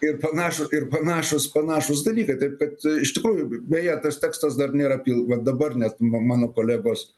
ir panašūs ir panašūs panašūs dalykai taip kad iš tikrųjų beje tas tekstas dar nėra pil va dabar net ma mano kolegos